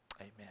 Amen